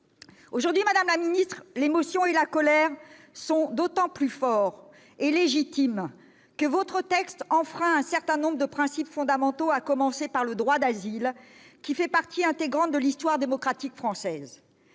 Aujourd'hui, madame la ministre, l'émotion et la colère sont d'autant plus fortes et légitimes que votre texte enfreint un certain nombre de principes fondamentaux, à commencer par le droit d'asile, qui fait partie intégrante de l'histoire démocratique française.